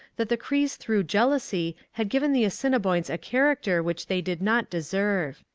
that the crees through jealousy had given the assiniboines a character which they did not deserve.